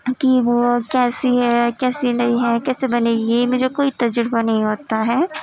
کہ وہ کیسی ہے کیسی نہیں ہے کیسے بنے گی مجھے کوئی تجربہ نہیں ہوتا ہے